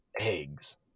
Eggs